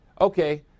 Okay